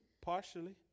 Partially